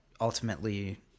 ultimately